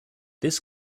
this